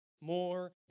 more